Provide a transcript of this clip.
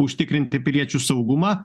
užtikrinti piliečių saugumą